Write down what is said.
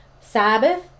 Sabbath